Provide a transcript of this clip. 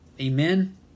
Amen